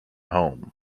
home